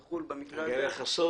יחול במקרה הזה --- אני אגלה לך סוד.